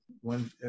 one